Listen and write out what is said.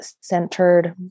centered